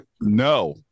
no